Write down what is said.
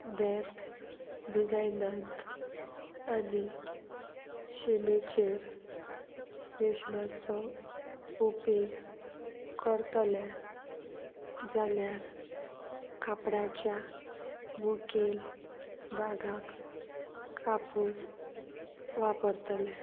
weft डिजायनांत आनी शिमेचेर रेशमाचो उपेग करतले जाल्यार कापडाच्या मुखेल भागाक कापूस वापरतले